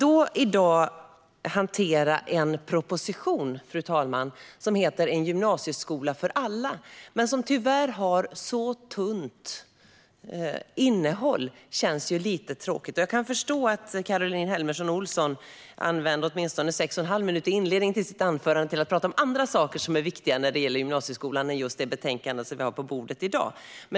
Att i dag hantera en proposition som heter En gymnasieskola för alla men som tyvärr har så tunt innehåll känns lite tråkigt. Jag kan förstå att Caroline Helmersson Olsson använde åtminstone sex och en halv minut av sitt inledningsanförande till att tala om andra saker som är viktiga när det gäller gymnasieskolan än just det betänkande vi har på bordet i dag.